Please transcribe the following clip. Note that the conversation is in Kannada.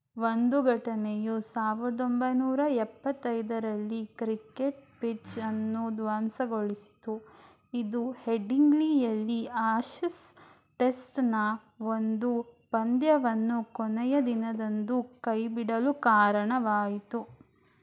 ಒಂದು ಘಟನೆಯು ಸಾವಿರದ ಒಂಬೈನೂರ ಎಪ್ಪತ್ತೈದರಲ್ಲಿ ಕ್ರಿಕೆಟ್ ಪಿಚ್ಚನ್ನು ಧ್ವಂಸಗೊಳಿಸಿತು ಇದು ಹೆಡಿಂಗ್ಲಿಯಲ್ಲಿ ಆಶಸ್ ಟೆಸ್ಟ್ನ ಒಂದು ಪಂದ್ಯವನ್ನು ಕೊನೆಯ ದಿನದಂದು ಕೈಬಿಡಲು ಕಾರಣವಾಯಿತು